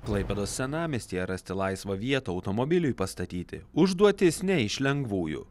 klaipėdos senamiestyje rasti laisvą vietą automobiliui pastatyti užduotis ne iš lengvųjų